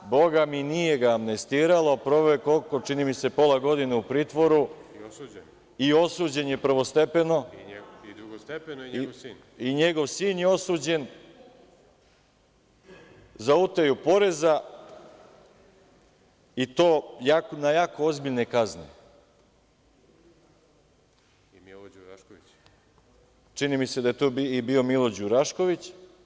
Bogami nije ga amnestiralo, proveo je koliko, čini mi se pola godine u pritvoru i osuđen je prvostepeno i njegov sin je osuđen za utaju poreza i to na jako ozbiljne kazne, čini mi se da je tu bio i Milo Đurašković.